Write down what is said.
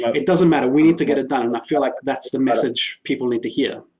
it doesn't matter. we need to get it done. and i feel like that's the message people need to hear.